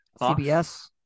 CBS